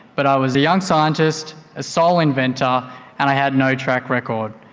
but i was a young scientist, a sole inventor and i had no track record.